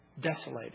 desolated